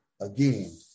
again